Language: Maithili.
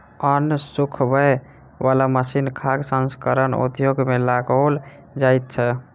अन्न सुखबय बला मशीन खाद्य प्रसंस्करण उद्योग मे लगाओल जाइत छै